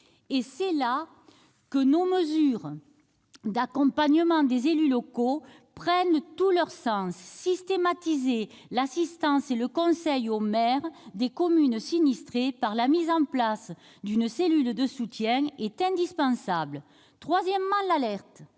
C'est là que nos mesures d'accompagnement des élus locaux prennent tout leur sens : systématiser l'assistance et le conseil aux maires des communes sinistrées par la mise en place d'une cellule de soutien est indispensable. Troisièmement, concernant